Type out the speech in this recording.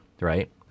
right